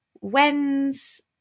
when's